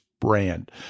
brand